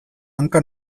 hanka